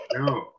no